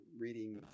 reading